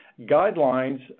Guidelines